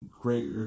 great